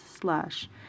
slash